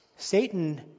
Satan